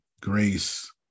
Grace